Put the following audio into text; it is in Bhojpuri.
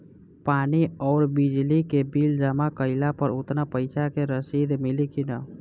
पानी आउरबिजली के बिल जमा कईला पर उतना पईसा के रसिद मिली की न?